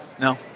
No